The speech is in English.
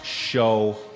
show